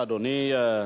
בבקשה, אדוני.